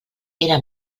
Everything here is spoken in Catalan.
era